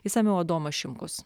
išsamiau adomas šimkus